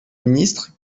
ministre